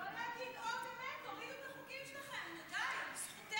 שלוש דקות, אדוני, לרשותך, בבקשה.